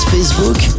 Facebook